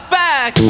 back